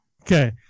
Okay